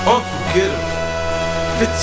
Unforgettable